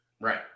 Right